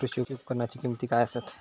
कृषी उपकरणाची किमती काय आसत?